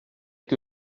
que